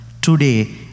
today